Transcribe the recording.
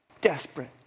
desperate